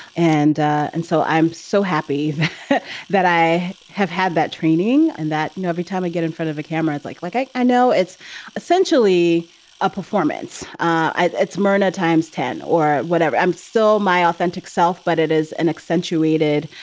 and. and so i'm so happy that i have had that training and that now every time i get in front of a camera, it's like like i i know it's essentially a performance. it's mirna times ten or whatever. i'm still my authentic self. but it is an accentuated,